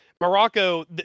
Morocco